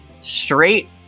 straight